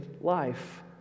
life